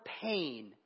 pain